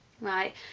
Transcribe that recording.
Right